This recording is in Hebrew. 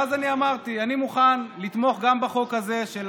ואז אני אמרתי: אני מוכן לתמוך גם בחוק הזה של